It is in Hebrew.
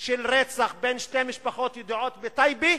של רצח בין שתי משפחות ידועות בטייבה,